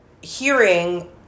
hearing